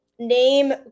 name